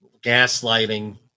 gaslighting